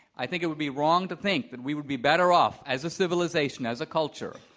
i think it would be wrong to think that we would be better off as a civilization as a culture,